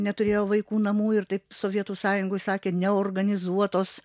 neturėjo vaikų namų ir taip sovietų sąjungoj sakė neorganizuotos